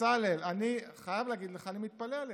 בצלאל, אני חייב להגיד לך, אני מתפלא עליך.